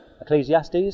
Ecclesiastes